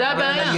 זו הבעיה.